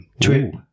Trip